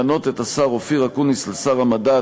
למנות את השר אופיר אקוניס לשר המדע,